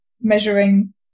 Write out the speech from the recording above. measuring